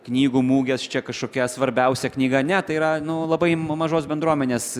knygų mugės čia kažkokia svarbiausia knyga ne tai yra nu labai ma mažos bendruomenės